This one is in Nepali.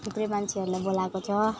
थुप्रै मान्छेहरूलाई बोलाएको छ